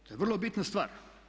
To je vrlo bitna stvar.